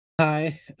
Hi